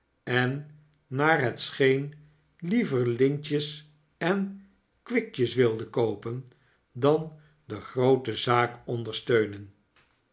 en naar het scheen liever lintjes en kwikjes wilde koopen dan de groote zaak ondersteunen